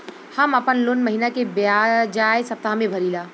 हम आपन लोन महिना के बजाय सप्ताह में भरीला